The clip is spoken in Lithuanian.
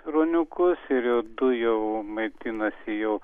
ruoniukus ir jau du jau maitinasi jau